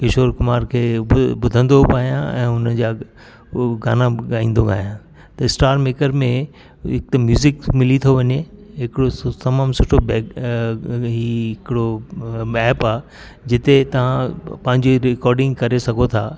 किशोर कुमार खे बु ॿुधंदो बि आहियां ऐं हुनजा गाना ॻाईंदो आहियां त स्टारमेकर में हिकु त म्यूज़िक मिली थो वञे हिकिड़ो तमामु सुठो ई हिकिड़ो मैप आहे जिते तव्हां पंहिंजी रिकॉडिंग करे सघो था